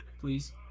please